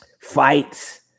fights